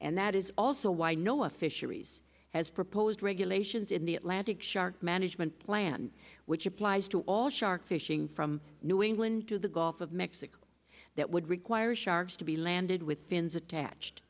and that is also why no official has proposed regulations in the atlantic shark management plan which applies to all shark fishing from new england to the gulf of mexico that would require sharks to be landed with fins attached